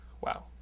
Wow